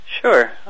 Sure